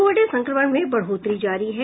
Covid संक्रमण में बढोतरी जारी है